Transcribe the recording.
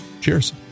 cheers